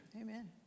Amen